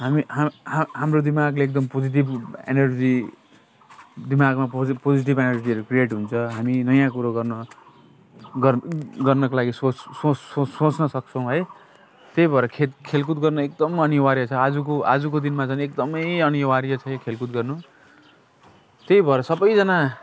हामी हाम् हाम् हाम्रो दिमागले एकदम पोजिटिभ एनर्जी दिमागमा पोज् पोजिटिभ एनर्जीहरू क्रिएट हुन्छ हामी नयाँ कुरो गर्न गर् गर्नको लागि सोच सोस् सोस्न सक्छौँ है त्यही भएर खेल् खेलकुद गर्न एकदम अनिवार्य छ आजको आजको दिनमा चैँनि एकदमै अनिवार्य छ यो खेलकुद गर्नु त्यही भएर सबैजना